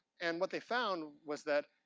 and what they found was that,